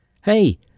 Hey